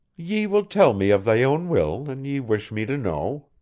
ye will tell me of thy own will an ye wish me to know.